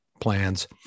plans